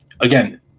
again